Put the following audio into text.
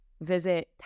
Visit